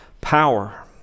power